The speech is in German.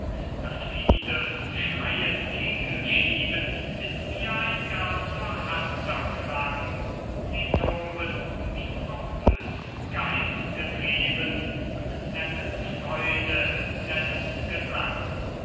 das fiedeln schreien kegelschieben ist mir ein gar verhaßter klang sie toben wie vom bösen geist getrieben und nennen's freude nennen's gesang